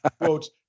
quotes